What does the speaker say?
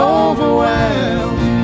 overwhelmed